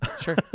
Sure